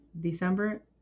December